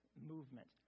Movement